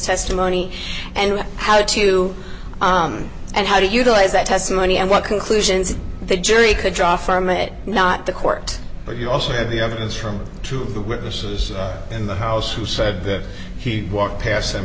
testimony and how to and how to utilize that testimony and what conclusions the jury could draw from it not the court but you also have the evidence from the witnesses in the house who said that he walked past them